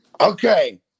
Okay